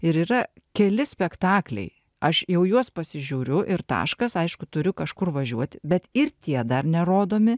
ir yra keli spektakliai aš jau juos pasižiūriu ir taškas aišku turiu kažkur važiuoti bet ir tie dar nerodomi